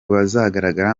bazagaragara